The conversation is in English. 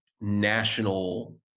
national